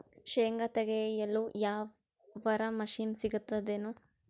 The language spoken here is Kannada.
ಶೇಂಗಾ ತೆಗೆಯಲು ಯಾವರ ಮಷಿನ್ ಸಿಗತೆದೇನು?